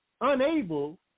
unable